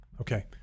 Okay